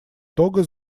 того